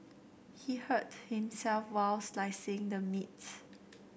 he hurt himself while slicing the meats